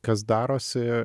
kas darosi